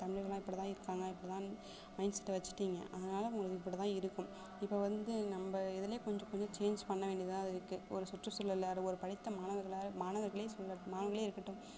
தமிலர்கள்ன்னா இப்படிதான் இருக்காங்க இப்படிதான்னு மைண்ட் செட்டை வச்சுட்டீங்க அதனால உங்களுக்கு இப்படிதான் இருக்கும் இப்போ வந்து நம்ப இதுல கொஞ்சம் கொஞ்சம் சேஞ்ச் பண்ண வேண்டியதாக இருக்கு இப்போ ஒரு சுற்றுச்சூலலில் அது ஒரு படித்த மாணவர்களால் மாணவர்களே சொல்லட்டும் மாணவர்களே இருக்கட்டும்